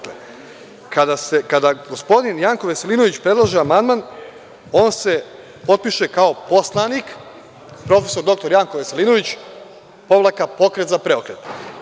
Kada gospodin Janko Veselinović predlaže amandman on se potpiše kao poslanik, prof. dr Janko Veselinović - Pokret za preokret.